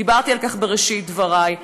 ודיברתי על כך בראשית דברי.